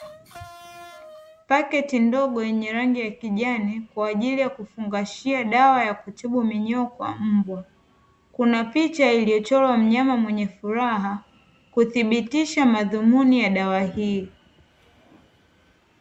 Pakiti ndogo yenye rangi ya kijani kwa ajili ya kufungashia dawa ya kutibu minyoo kwa mbwa. Kuna picha iliyochorwa mnyama mwenye furaha kuthibitisha madhumuni ya dawa hii.